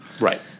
Right